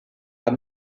pas